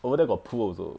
over there got pool also